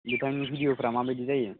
बिथांनि भिडिअफ्रा मा बायदि जायो